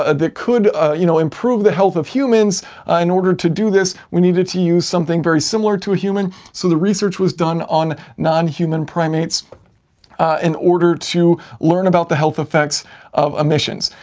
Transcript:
ah that could you know improve the health of humans ah in order to do this we needed to use something very similar to a human so the research was done on non-human primates in order to learn about the health effects of emissions.